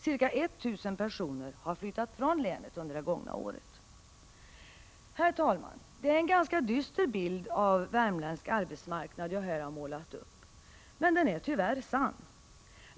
Ca 1 000 personer har flyttat från länet under det gångna året. Herr talman! Det är en ganska dyster bild av värmländsk arbetsmarknad jag här har målat upp, men den är tyvärr sann.